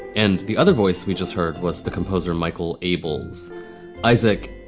and the other voice we just heard was the composer, michael abels isaac,